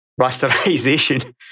rasterization